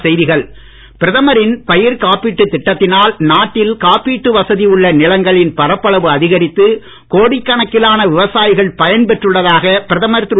பயிர்காப்பீடு பிரதமரின் பயிர்க் காப்பீட்டுத் திட்டத்தினால் நாட்டில் காப்பீட்டு வசதி உள்ள நிலங்களின் பரப்பளவு அதிகரித்து கோடிக்கணக்கிலான விவசாயிகள் பயன் பெற்றுள்ளதாக பிரதமர் திரு